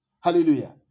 Hallelujah